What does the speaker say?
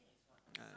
ah